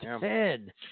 Ten